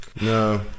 No